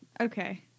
Okay